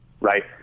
right